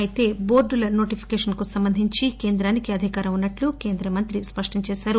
అయితే బోర్డుల నోటిఫికేషన్ కు సంబంధించి కేంద్రానికి అధికారము ఉనట్లు కేంద్రమంత్రి చెప్పారు